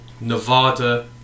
Nevada